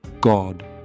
God